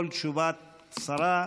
כל תשובת שרה,